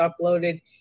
uploaded